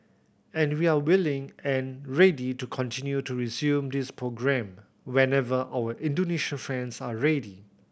and we are willing and ready to continue to resume this programme whenever our Indonesian friends are ready